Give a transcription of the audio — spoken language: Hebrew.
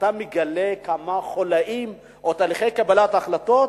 אתה מגלה כמה חוליים או תהליכי קבלת החלטות